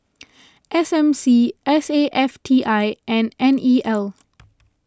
S M C S A F T I and N E L